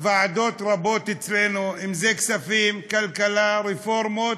ועדות רבות אצלנו, כספים, כלכלה, רפורמות,